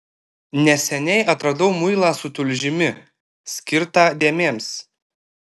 neseniai atradau muilą su tulžimi skirtą dėmėms